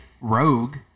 Rogue